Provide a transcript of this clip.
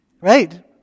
right